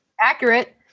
accurate